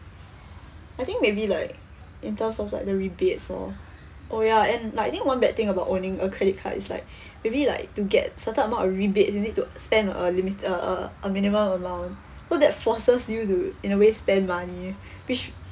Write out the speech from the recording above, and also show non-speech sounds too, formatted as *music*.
I think maybe like in terms of like the rebates lor oh ya and like I think one bad thing about owning a credit card is like *breath* maybe like to get certain amount of rebates you need to spend a limit~ a a a minimum amount so that forces you to in a way spend money *breath* which